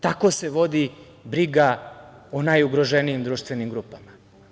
Tako se vodi briga o najugroženijim društvenim grupama.